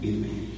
Amen